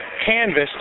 canvas